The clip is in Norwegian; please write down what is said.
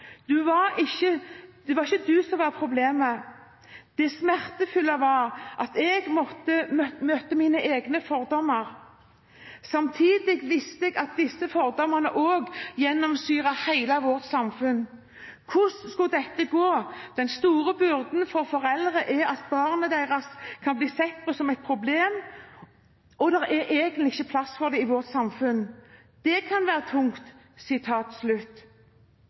Det var ikke du som var problemet. Det smertefulle var at jeg måtte møte mine egne fordommer. Samtidig visste jeg at disse fordommene også gjennomsyret vårt samfunn. Hvordan skulle dette gå?» Den store byrden for foreldre er at barnet deres kan bli sett på som et problem det egentlig ikke er plass til i vårt samfunn. Det kan være tungt!»